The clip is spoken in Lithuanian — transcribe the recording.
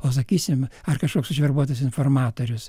o sakysim ar kažkoks užverbuotas informatorius